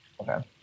Okay